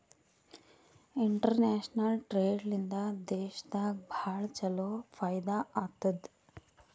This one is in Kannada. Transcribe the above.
ಇಂಟರ್ನ್ಯಾಷನಲ್ ಟ್ರೇಡ್ ಲಿಂದಾ ದೇಶನಾಗ್ ಭಾಳ ಛಲೋ ಫೈದಾ ಆತ್ತುದ್